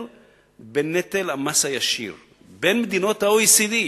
בנטל המס הישיר בין מדינות ה-OECD.